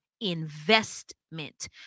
investment